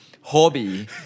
hobby